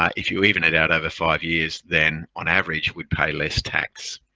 ah if you even it out over five years, then on average would pay less tax.